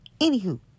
Anywho